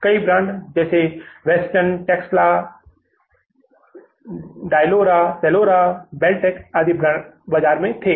कई ब्रांड नाम वेस्टर्न टेक्सला डायलोरा सलोरा बाल्टेक आदि कई ब्रांड बाजार में थे